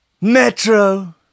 Metro